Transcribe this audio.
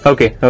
Okay